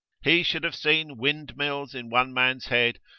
he should have seen windmills in one man's head,